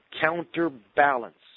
counterbalance